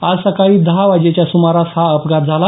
आज सकाळी दहा वाजेच्या सुमारास हा अपघात झाला